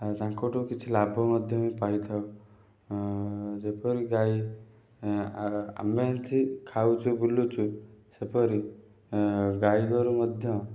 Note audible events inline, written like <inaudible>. ଆଉ ତାଙ୍କଠୁ କିଛି ଲାଭ ମଧ୍ୟ ହିଁ ପାଇଥାଉ ଯେପରି ଗାଈ ଆମେ <unintelligible> ଖାଉଛୁ ବୁଲୁଛୁ ସେପରି ଗାଈ ଗୋରୁ ମଧ୍ୟ